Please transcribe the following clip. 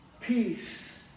Peace